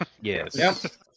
Yes